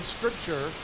Scripture